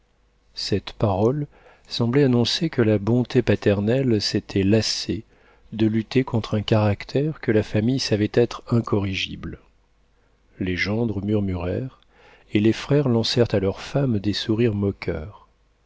cette parole semblait annoncer que la bonté paternelle s'était lassée de lutter contre un caractère que la famille savait être incorrigible les gendres murmurèrent et les frères lancèrent à leurs femmes des sourires moqueurs